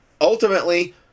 Ultimately